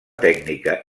tècnica